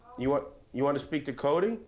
you want you want to speak to cody?